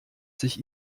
sich